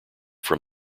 from